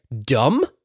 dumb